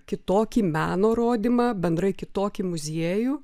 kitokį meno rodymą bendrai kitokį muziejų